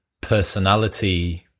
personality